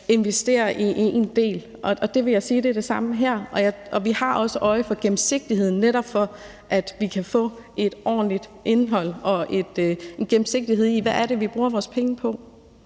investerer i en del af det. Og det vil jeg sige er det samme her, og vi har også øje for gennemsigtigheden, for at vi netop kan få et ordentligt indhold, og se, hvad det er, vi bruger vores penge på.